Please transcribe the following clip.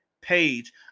page